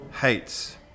hates